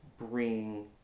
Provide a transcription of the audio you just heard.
bring